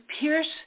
pierce